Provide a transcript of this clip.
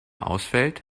ausfällt